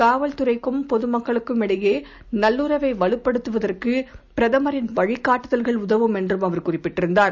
காவல்துறைக்கும் பொதுமக்களுக்கும்இடையேநல்லுறவைவலுப்படுத்துவதற்குபிரதமரின்வழிகாட்டுத ல்கள்உதவும்என்றும்அவர்குறிப்பிட்டிருக்கிறார்